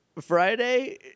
Friday